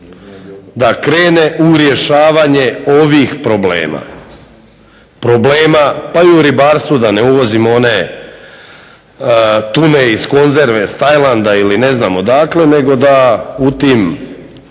da krene u rješavanje ovih problema, problema pa i u ribarstvu da ne uvozimo one tune iz konzerve s Tajlanda ili ne znam odakle, nego da u tim